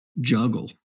juggle